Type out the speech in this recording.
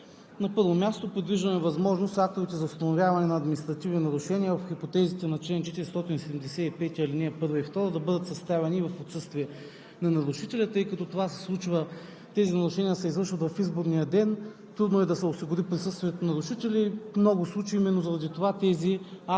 На първо място, предвиждаме възможност актовете за установяване на административни нарушения в хипотезите на чл. 475, ал. 1 и 2 да бъдат съставяни в отсъствие на нарушителя. Тъй като тези нарушения се извършват в изборния ден, трудно е да се осигури присъствието на нарушителя и в много случаи именно заради това тези актове